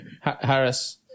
harris